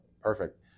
Perfect